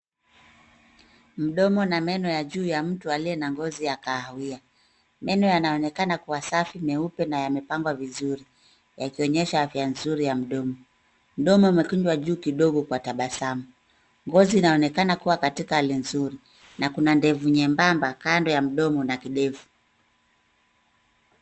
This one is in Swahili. Mdomo na meno ya juu ya mtu aliye na ngozi ya kahawia. Meno yanaonekana kuwa safi, meupe na yamepangwa vizuri, yakionyesha afya nzuri ya mdomo. Mdomo umekunjwa juu kidogo kwa tabasamu. Ngozi inaonekana kuwa katika hali nzuri na kuna ndevu nyembamba kando ya mdomo na kidevu.